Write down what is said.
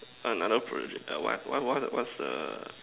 another project err what what what what's the